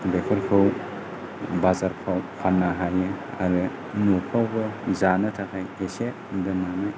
बेफोरखौ बाजारफ्राव फानना हायो आरो न'खरावबो जानो थाखाय एसे दोननानै